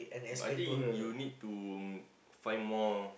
I think you need to find more